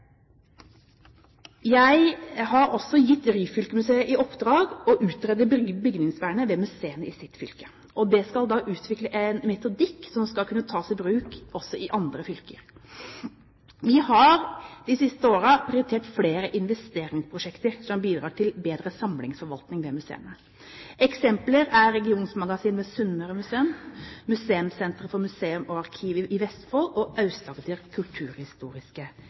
Jeg har også gitt Ryfylke Museum i oppdrag å utrede bygningsvernet ved museene i deres fylke. Det skal utvikle en metodikk som skal kunne tas i bruk også i andre fylker. Vi har de siste årene prioritert flere investeringsprosjekter som bidrar til bedre samlingsforvaltning ved museene. Eksempler er regionsmagasinet ved Sunnmøre Museum, Kompetansesenter for Museum og Arkiv i Vestfold og Aust-Agder kulturhistoriske